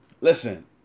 listen